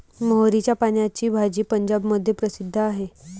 मोहरीच्या पानाची भाजी पंजाबमध्ये प्रसिद्ध आहे